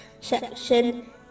section